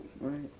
Right